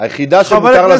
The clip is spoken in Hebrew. היחידה שמותר לה,